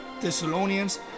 Thessalonians